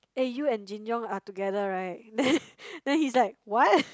eh you and Jin-Young are together right then then he's like what